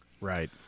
Right